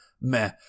meh